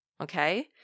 Okay